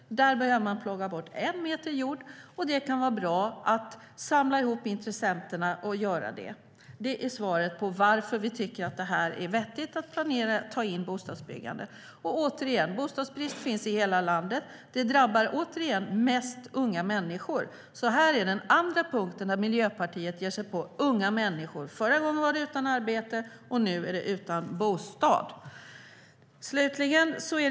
Där behöver man plocka bort en meter jord. Och det kan vara bra att samla ihop intressenterna och göra det. Det är svaret på frågan varför vi tycker att det är vettigt att ta in bostadsbyggande. Bostadsbrist finns i hela landet. Det drabbar mest unga människor. Här är alltså den andra punkten där Miljöpartiet ger sig på unga människor. Förra gången handlade det om att vara utan arbete, och nu handlar det om att vara utan bostad.